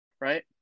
right